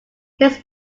his